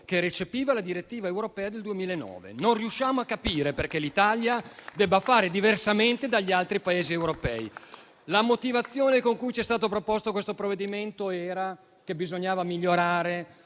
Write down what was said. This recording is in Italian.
che recepiva la direttiva europea del 2009. Non riusciamo a capire perché l'Italia debba fare diversamente dagli altri Paesi europei. La motivazione con cui ci è stato proposto questo provvedimento era che bisognava migliorare